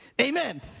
Amen